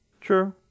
True